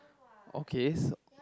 okay so